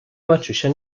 maciusia